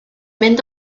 mynd